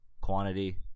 Quantity